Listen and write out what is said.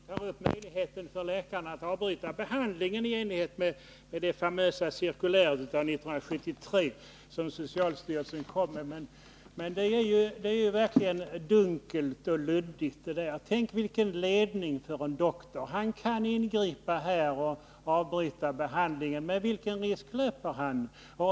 Herr talman! Sjukvårdsministern tar upp möjligheten för läkarna att avbryta behandlingen i enlighet med det famösa cirkuläret av 1973 från socialstyrelsen, men det är verkligen ett dunkelt och luddigt aktstycke. Tänk vilken ledning för en läkare! Han kan ingripa för att avbryta behandlingen, men vilken risk löper han inte.